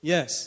Yes